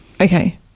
Okay